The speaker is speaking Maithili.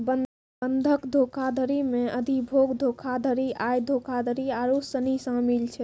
बंधक धोखाधड़ी मे अधिभोग धोखाधड़ी, आय धोखाधड़ी आरु सनी शामिल छै